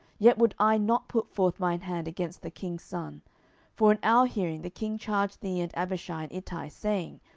yet would i not put forth mine hand against the king's son for in our hearing the king charged thee and abishai and ittai, saying,